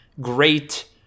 great